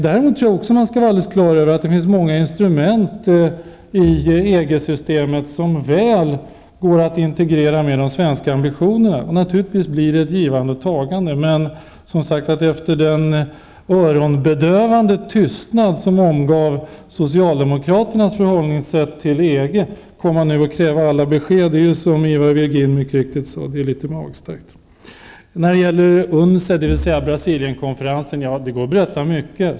Däremot skall man vara helt på det klara med att det finns många instrument i EG-systemet som väl går att integrera med de svenska ambitionerna. Naturligtvis blir det ett givande och tagande. Men att efter den öronbedövande tystnad som omgav socialdemokraternas förhållningssätt nu kräva alla besked är, som Ivar Virgin mycket riktigt sade, litet magstarkt. När det gäller Brasilienkonferensen går det att berätta mycket.